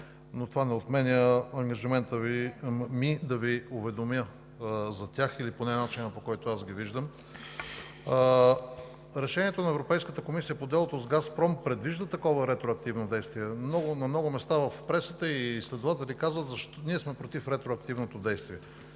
но това не отменя ангажимента ми да Ви уведомя за тях или поне начина, по който аз ги виждам. Решението на Европейската комисия по делото с Газпром предвижда такова ретроактивно действие. На много места в пресата и изследователи казват: „Ние сме против ретроактивното действие.“